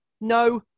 no